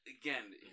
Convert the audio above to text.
Again